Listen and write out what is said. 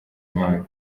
imana